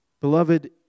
Beloved